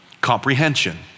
Comprehension